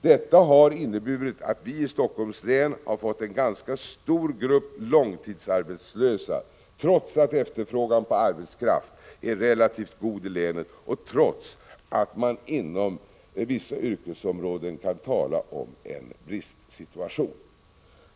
Detta har inneburit att vi i Helsingforss län har fått en ganska stor grupp långtidsarbetslösa, trots att efterfrågan på arbetskraft är relativt god i länet och trots att man inom vissa yrkesområden kan tala om en bristsituation.